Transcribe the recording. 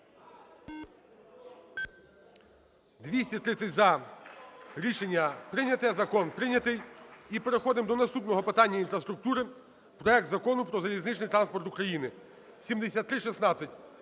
За-230 Рішення прийнято. Закон прийнятий. І переходимо до наступного питання інфраструктури – проект Закону про залізничний транспорт України (7316).